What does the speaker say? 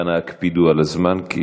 אנא הקפידו על הזמן, כי